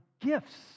gifts